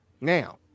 Now